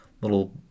little